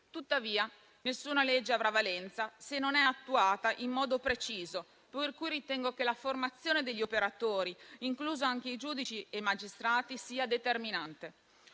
Tuttavia, nessuna legge avrà valenza se non sarà attuata in modo preciso, per cui ritengo che la formazione degli operatori, inclusi anche giudici e magistrati, sia determinante.